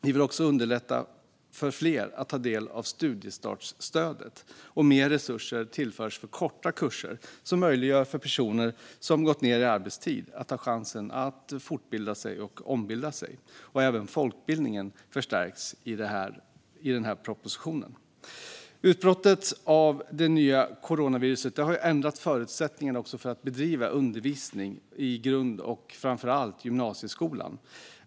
Vi vill också underlätta för fler att ta del av studiestartsstödet. Mer resurser tillförs för korta kurser som möjliggör för personer som har gått ned i arbetstid att ta chansen att fortbilda sig och ombilda sig. Även folkbildningen förstärks i den här propositionen. Utbrottet av det nya coronaviruset har ändrat förutsättningarna för att bedriva undervisning i grund och framför allt gymnasieskolan.